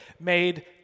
made